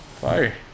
Fire